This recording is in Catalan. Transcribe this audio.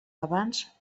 abans